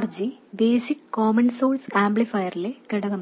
RG basic common source ആംപ്ലിഫയറിലെ ഘടകമല്ല